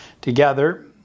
together